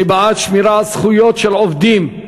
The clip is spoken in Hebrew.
אני בעד שמירה על זכויות של עובדים,